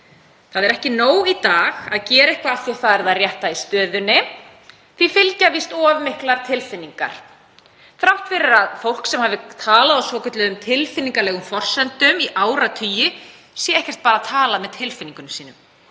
Það er ekki nóg í dag að gera eitthvað af því að það er það rétta í stöðunni. Því fylgja víst of miklar tilfinningar þrátt fyrir að fólk sem hefur talað á svokölluðum tilfinningalegum forsendum í áratugi sé ekki bara að tala með tilfinningum sínum,